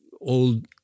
Old